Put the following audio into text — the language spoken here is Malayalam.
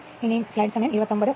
അതിനാൽ 30 മുതൽ 1